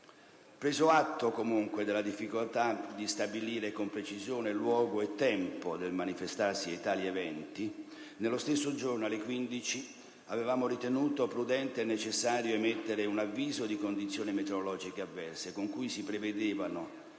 Preso atto, comunque, della difficoltà di stabilire con precisione luogo e tempo del manifestarsi di tali eventi, nello stesso giorno, alle ore 15, avevamo ritenuto prudente e necessario emettere un avviso di condizioni meteorologiche avverse, con cui si prevedevano